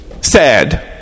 sad